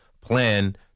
plan